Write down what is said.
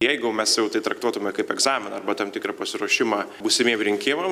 jeigu mes jau tai traktuotume kaip egzaminą arba tam tikrą pasiruošimą būsimiem rinkimam